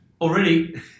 already